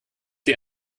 die